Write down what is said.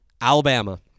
Alabama